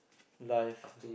life